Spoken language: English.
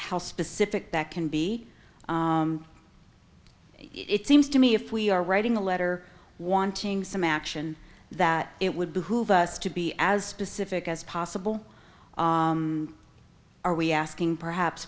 how specific that can be it seems to me if we are writing a letter wanting some action that it would behoove us to be as specific as possible are we asking perhaps